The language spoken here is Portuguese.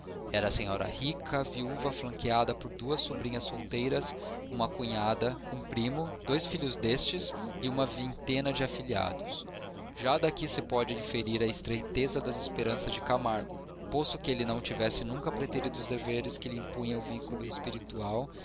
ombros era senhora rica viúva flanqueada por duas sobrinhas solteiras uma cunhada um primo dois filhos destes e uma vintena de afilhados já daqui se pode inferir a estreiteza das esperanças de camargo posto que ele não tivesse nunca preterido os deveres que lhe impunha o vínculo espiritual